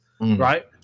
right